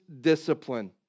discipline